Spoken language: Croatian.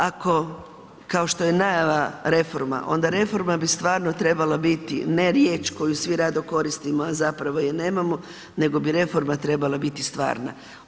Ako, kao što je najava reforma, onda reforma bi stvarno trebala biti ne riječ koju svi rado koristimo a zapravo je nemamo nego bi reforma trebala biti stvarna.